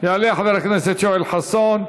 יעלה חבר הכנסת יואל חסון,